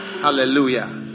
Hallelujah